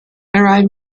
arrive